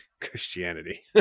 Christianity